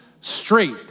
straight